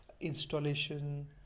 installation